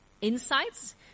insights